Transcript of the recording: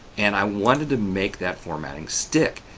and i wanted to make that formatting stick,